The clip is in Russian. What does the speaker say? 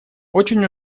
очень